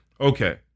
Okay